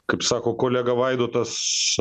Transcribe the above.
kaip sako kolega vaidotas